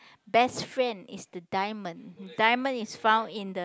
best friend is the diamond diamond is found in the